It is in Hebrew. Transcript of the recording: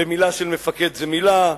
ומלה של מפקד זו מלה,